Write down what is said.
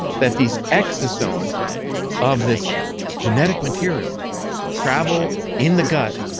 that these exosomes of this genetic material travel in the gut,